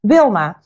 Wilma